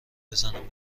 بزنم